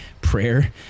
prayer